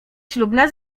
ślubna